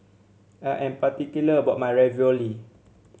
I am particular about my Ravioli